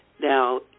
Now